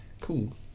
Cool